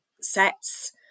sets